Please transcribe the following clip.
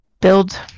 build